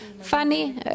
funny